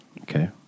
Okay